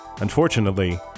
Unfortunately